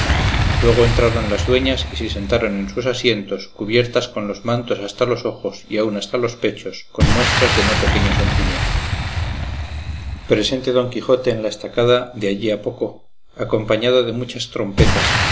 luego entraron las dueñas y se sentaron en sus asientos cubiertas con los mantos hasta los ojos y aun hasta los pechos con muestras de no pequeño sentimiento presente don quijote en la estacada de allí a poco acompañado de muchas trompetas